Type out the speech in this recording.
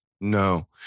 no